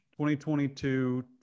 2022